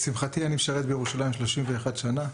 לשמחתי אני משרת בירושלים 31 שנים.